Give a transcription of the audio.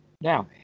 Now